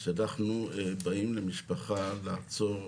כשאנחנו באים למשפחה לעצור,